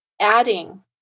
adding